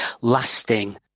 lasting